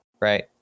Right